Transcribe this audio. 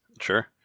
Sure